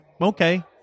okay